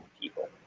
people